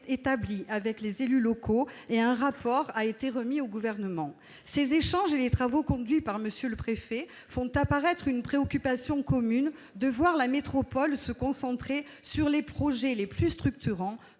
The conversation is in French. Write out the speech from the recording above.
établi avec les élus locaux et un rapport a été remis au Gouvernement. Ces échanges et les travaux conduits par M. le préfet font apparaître une préoccupation commune de voir la métropole se concentrer sur les projets les plus structurants